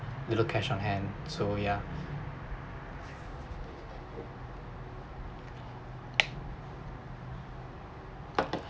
they're low cash on hand so yeah